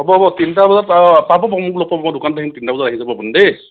হ'ব হ'ব তিনিটা বজাত পাব মোক লগ পাব মই দোকানত থাকিম তিনিটা বজাত আপুনি আহি যাব দেই